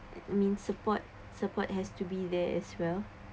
I mean support support has to be there as well